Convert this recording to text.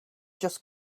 just